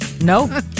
No